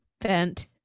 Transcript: Bent